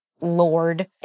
lord